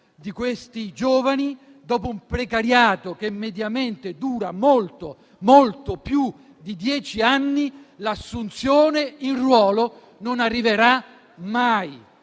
di questi giovani, dopo un precariato che mediamente dura molto più di dieci anni, l'assunzione in ruolo non arriverà mai